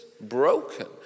broken